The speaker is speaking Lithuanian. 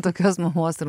tokios mamos ir